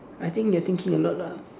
I think you are thinking a lot lah